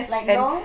like null